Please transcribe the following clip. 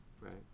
Right